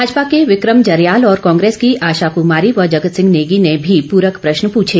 भाजपा के विक्रम जरयाल और कांग्रेस की आशा कुमारी व जगत सिंह नेगी ने भी पूरक प्रश्न पूछे